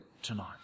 tonight